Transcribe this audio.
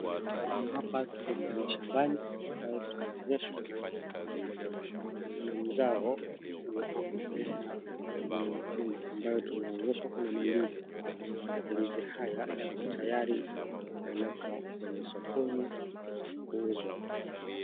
Hapa tuko kwenye shamba na tunaonyeshwa kuna mzao wa mimea ya mkulima ambapo tunaonyeshwa kuna mandizi. Mandizi haya yako tayari kuenda sokoni kuuzwa.